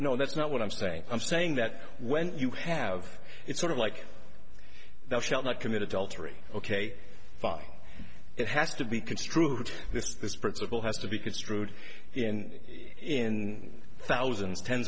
no that's not what i'm saying i'm saying that when you have it's sort of like the shall not commit adultery ok it has to be construed this principle has to be construed in in thousands tens